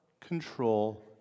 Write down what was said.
control